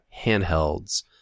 handhelds